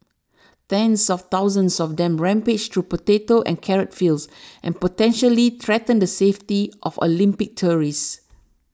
tens of thousands of them rampage through potato and carrot fields and potentially threaten the safety of Olympics tourists